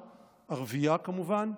ערבייה, כמובן,